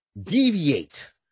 deviate